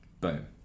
Boom